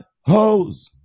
hoes